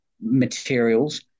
materials